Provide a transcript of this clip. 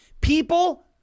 People